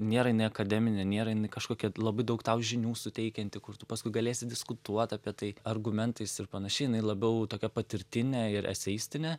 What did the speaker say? nėra jinai akademinė nėra jinai kažkokia labai daug tau žinių suteikianti kur tu paskui galėsi diskutuot apie tai argumentais ir panašiai jinai labiau tokia patirtinė ir eseistinė